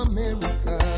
America